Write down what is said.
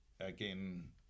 again